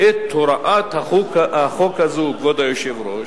את הוראת החוק הזאת, אדוני היושב-ראש,